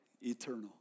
eternal